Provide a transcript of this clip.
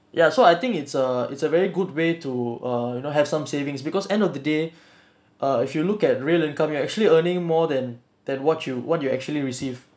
ya so I think it's a it's a very good way to err you know have some savings because end of the day uh if you look at real income you actually earning more than than what you what you actually receive